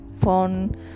phone